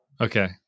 Okay